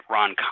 Ron